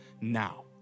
now